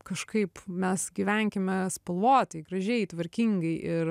kažkaip mes gyvenkime spalvotai gražiai tvarkingai ir